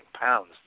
pounds